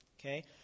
Okay